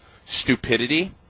stupidity